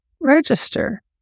register